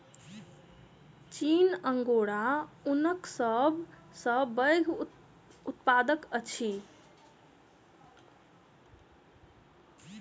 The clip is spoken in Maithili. चीन अंगोरा ऊनक सब सॅ पैघ उत्पादक अछि